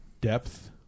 depth